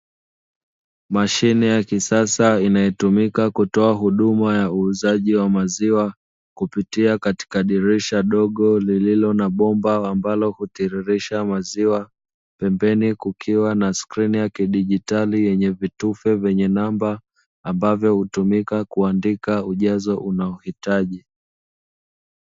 Mashine ya kisasa inayotumia kutoa huduma ya uuzaji wa maziwa kupitia dirisha dogo lililo na bomba ambalo hutiririsha maziwa, pembeni kukiwa na skrini ya kidigitali yenye vitufe vyenye namba ambavyo hutumika kuandika ujazo unaohitaji.